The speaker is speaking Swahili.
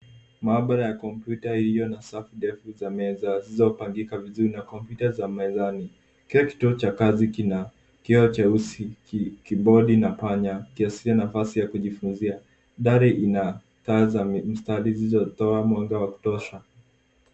Maabara ya kompyuta iliyona safu ndefu za meza zilizopangika vizuri na kompyuta za mezani. Kila kituo cha kazi kina kioo cheusi, ki- kibodi na panya ikiashiria nafasi ya kujifunzia. Dari ina taa za mstari zilizotoa mwanga wa kutosha.